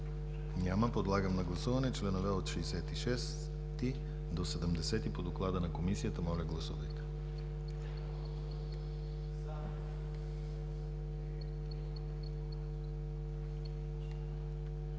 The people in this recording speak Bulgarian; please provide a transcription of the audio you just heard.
Няма. Подлагам на гласуване членове от 66 до 70 по Доклада на Комисията. Моля, гласувайте. Гласували